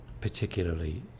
particularly